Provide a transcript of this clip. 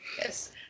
yes